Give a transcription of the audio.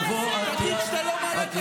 כן, בטח, נבוא אליך לחדר.